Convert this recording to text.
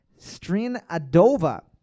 Strinadova